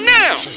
now